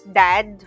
dad